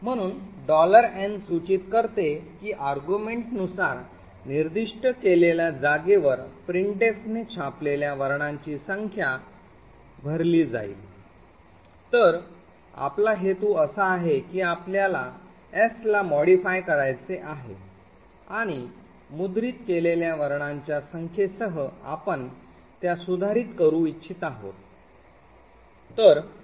म्हणून n सूचित करते की argument नुसार निर्दिष्ट केलेल्या जागेवर प्रिंटफने छापलेल्या वर्णांची संख्या भरली जाईल तर आपला हेतू असा आहे की आपल्याला s ला modify करायचे आहे आणि मुद्रित केलेल्या वर्णांच्या संख्येसह आपण त्या सुधारित करू इच्छित आहोत